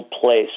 place